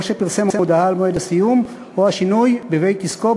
או שפרסם מודעה על מועד הסיום או השינוי בבית-עסקו,